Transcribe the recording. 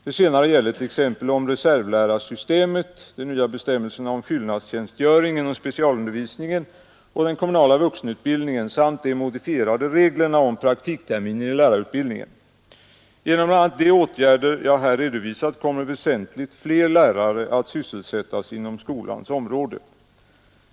Det senare gäller t.ex. om reservlärarsystemet, de nya bestämmelserna om fyllnadstjänstgöring inom specialundervisningen och den kommunala vuxenutbildningen samt de modifierade reglerna om praktikterminen i lärarutbildningen. Genom bl.a. de åtgärder jag här redovisat kommer väsentligt fler lärare att sysselsättas inom skolans område.